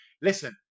Listen